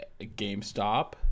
GameStop